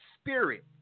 spirit